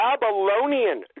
Babylonian